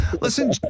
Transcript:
Listen